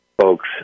folks